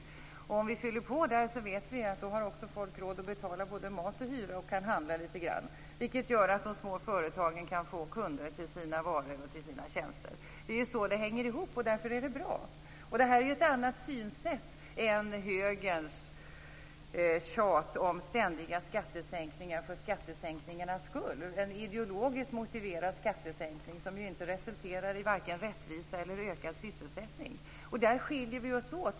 Vi vet att om vi fyller på där, har folk också råd att betala mat och hyra och kan dessutom handla lite grann. Det gör att de små företagen kan få kunder till sina varor och tjänster. Det är ju så det hänger ihop. Därför är det bra. Detta är ju ett annat synsätt än högerns tjat om ständiga skattesänkningar för skattesänkningarnas skull. Där handlar det om en ideologiskt motiverad skattesänkning som varken resulterar i rättvisa eller ökad sysselsättning. Där skiljer vi oss åt.